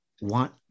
want